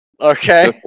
Okay